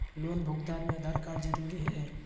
Loan भुगतान में Aadhaar card जरूरी है?